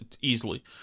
easily